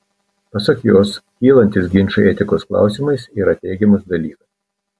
pasak jos kylantys ginčai etikos klausimais yra teigiamas dalykas